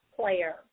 player